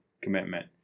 commitment